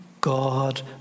God